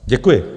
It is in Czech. Děkuji.